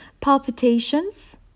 palpitations